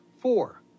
four